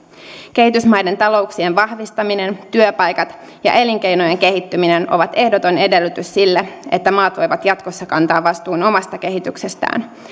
kehitysmaiden talouksien vahvistaminen työpaikat ja elinkeinojen kehittyminen ovat ehdoton edellytys sille että maat voivat jatkossa kantaa vastuun omasta kehityksestään